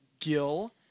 Gil